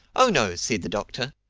oh, no! said the doctor.